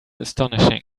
astonishing